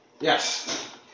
Yes